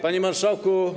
Panie Marszałku!